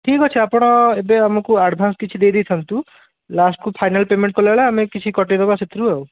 ଠିକ୍ ଅଛି ଆପଣ ଏବେ ଆମକୁ ଆଡ଼ଭାନ୍ସ କିଛି ଦେଇ ଦେଇଥାନ୍ତୁ ଲାଷ୍ଟ୍କୁ ଫାଇନାଲ୍ ପେମେଣ୍ଟ୍ କଲା ବେଳେ ଆମେ କିଛି କଟେଇ ଦେବା ସେଥିରୁ ଆଉ